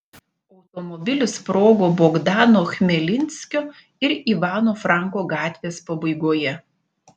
automobilis sprogo bogdano chmelnickio ir ivano franko gatvės pabaigoje